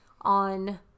on